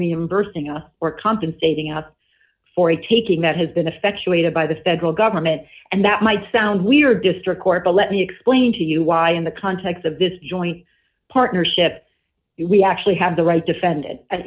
reimbursing us or compensating up for the taking that has been affection weighted by the federal government and that might sound weird district court but let me explain to you why in the context of this joint partnership we actually have the right defended and